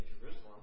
Jerusalem